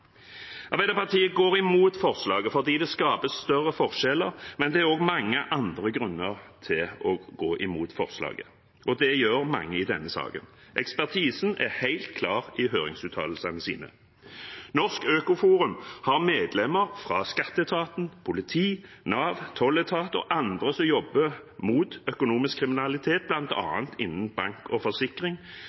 Arbeiderpartiet går imot forslaget fordi det skapes større forskjeller, men det er også mange andre grunner til å gå imot forslaget, og det gjør mange i denne saken. Ekspertisen er helt klar i høringsuttalelsene sine. Norsk Økoforum har medlemmer fra skatteetaten, politi, Nav, tolletat og andre som jobber mot økonomisk kriminalitet, bl.a. innen bank og forsikring,